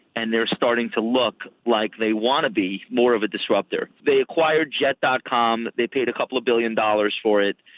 and they're starting to look like they want to be more of a disruptor. they acquired jet dot com. they paid a couple of billion dollars for it.